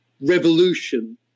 revolution